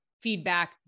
feedback